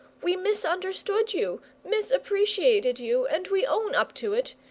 we misunderstood you, misappreciated you, and we own up to it.